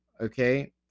okay